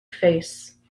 face